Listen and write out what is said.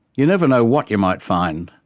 you never know what you might find.